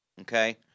Okay